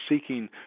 seeking